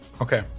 okay